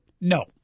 no